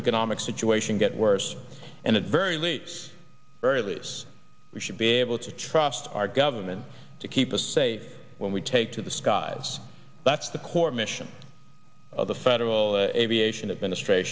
economic situation get worse and at very least very loose we should be able to trust our government to keep us safe when we take to the skies that's the core mission of the federal aviation administrat